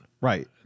Right